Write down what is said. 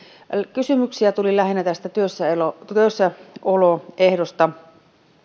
kysymyksiä tuli lähinnä tästä työssäoloehdosta